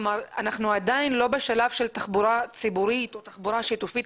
אנחנו עדיין לא בשלב של תחבורה ציבורית או תחבורה שיתופית.